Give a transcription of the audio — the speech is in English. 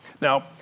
Now